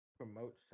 promote